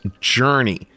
journey